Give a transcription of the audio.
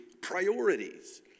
priorities